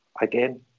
Again